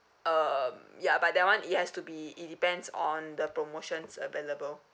um ya but that one it has to be it depends on the promotions available